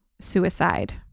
suicide